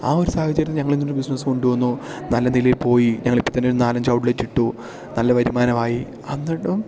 ആ ഒരു സാഹചര്യത്തിൽ ഞങ്ങളിങ്ങനെ ബിസിനസ്സ് കൊണ്ടുവന്നു നല്ല നിലയിൽപ്പോയി ഞങ്ങളിപ്പത്തന്നെയൊരരു നാലഞ്ച് ഔട്ട്ലെറ്റ് ഇട്ടു നല്ല വരുമാനമായി എന്നിട്ടും